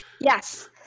Yes